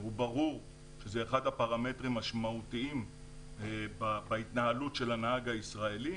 שברור שזה אחד הפרמטרים המשמעותיים בהתנהלות של הנהג הישראלי,